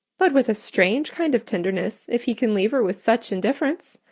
but with a strange kind of tenderness, if he can leave her with such indifference,